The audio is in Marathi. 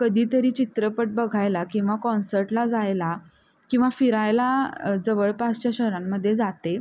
कधीतरी चित्रपट बघायला किंवा कॉन्सर्टला जायला किंवा फिरायला जवळपासच्या शहरांमध्ये जाते